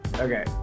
Okay